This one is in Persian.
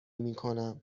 میکنم